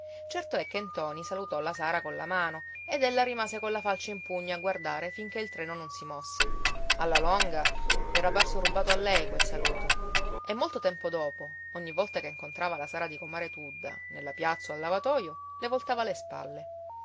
certo è che ntoni salutò la sara colla mano ed ella rimase colla falce in pugno a guardare finché il treno non si mosse alla longa l'era parso rubato a lei quel saluto e molto tempo dopo ogni volta che incontrava la sara di comare tudda nella piazza o al lavatoio le voltava le spalle